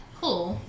Cool